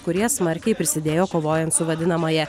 kurie smarkiai prisidėjo kovojant su vadinamąja